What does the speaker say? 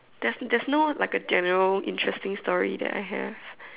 there's there's no like a general interesting story that I have